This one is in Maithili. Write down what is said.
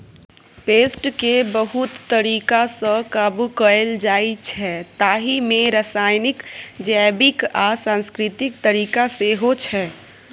पेस्टकेँ बहुत तरीकासँ काबु कएल जाइछै ताहि मे रासायनिक, जैबिक आ सांस्कृतिक तरीका सेहो छै